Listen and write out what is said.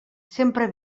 sempre